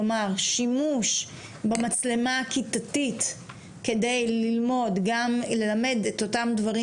כלומר שימוש במצלמה הכיתתית כדי ללמד את אותם דברים